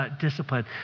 discipline